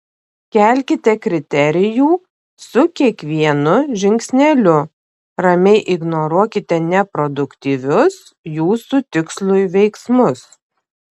kelkite kriterijų su kiekvienu žingsneliu ramiai ignoruokite neproduktyvius jūsų tikslui veiksmus